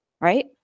right